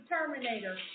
Terminator